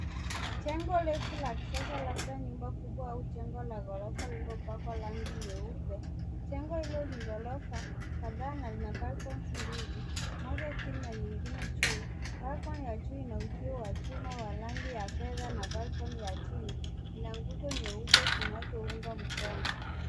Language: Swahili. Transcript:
Jengo refu la kisasa labda nyumba kubwa au jengo la gorofa lililo pangwa rangi nyeupe. Jengo hilo ni gorofa kataa na lina balcony mbili, moja chini na nyingine juu. Balcony ya juu ina usio wa chuma wa rangi fedha na balcony ya chini ina nguzo nyeupe zinazounga mkono.